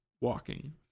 walking